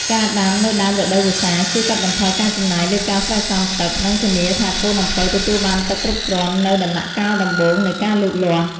ការដាំនៅដើមរដូវវស្សាជួយ កាត់បន្ថយការចំណាយលើការស្រោចស្រពទឹក និងធានាថាកូនអំពៅទទួលបានទឹកគ្រប់គ្រាន់នៅដំណាក់កាលដំបូងនៃការលូតលាស់។